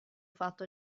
fatto